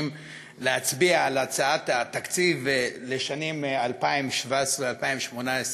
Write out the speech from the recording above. להצביע על הצעת התקציב לשנים 2017 2018,